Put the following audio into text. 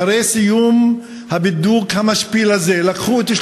אחרי סיום הבידוק המשפיל הזה לקחו אותי,